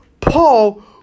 Paul